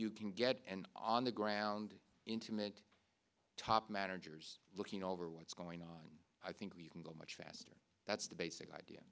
you can get on the ground entombment top managers looking over what's going on i think we can go much faster that's the basic idea